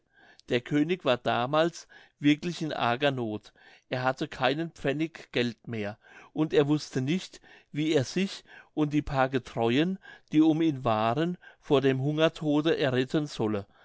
der könig war damals wirklich in arger noth er hatte keinen pfennig geld mehr und er wußte nicht wie er sich und die paar getreuen die um ihn waren vor dem hungertode erretten solle